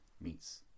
meets